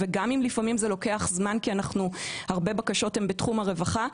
וגם אם לפעמים זה לוקח זמן כי הרבה בקשות הן בתחום הרווחה,